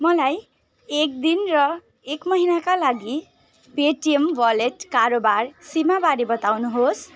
मलाई एक दिन र एक महिनाका लागि पेटिएम वालेट कारोबार सीमाबारे बताउनुहोस्